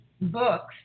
books